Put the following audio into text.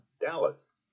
Dallas